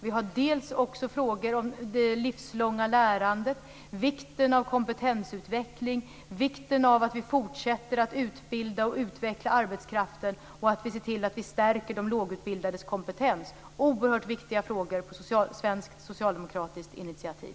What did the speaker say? Vi har frågor om det livslånga lärandet, vikten av kompetensutveckling, vikten av att vi fortsätter att utbilda och utveckla arbetskraften och att vi ser till att vi stärker de lågutbildades kompetens. Det är oerhört viktiga frågor på svenskt socialdemokratiskt initiativ.